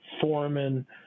foreman